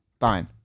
Fine